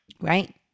Right